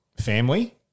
family